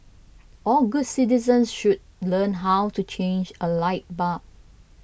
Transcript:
all good citizens should learn how to change a light bulb